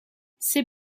c’est